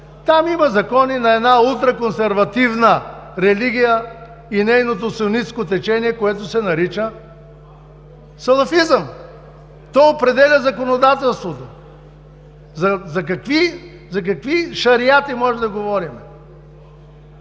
Там има закони на една ултра консервативна религия и нейното сунитско течение, което се нарича салафизъм. То определя законодателството. За какви шериати можем да говорим?!